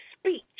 speech